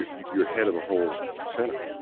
you're head of a whole center,